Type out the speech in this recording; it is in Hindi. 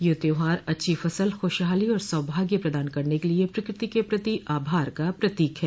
यह त्यौहार अच्छी फसल खुशहाली और सौभाग्य प्रदान करने के लिए प्रकृति के प्रति आभार का प्रतीक है